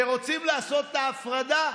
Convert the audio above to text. ורוצים לעשות את ההפרדה.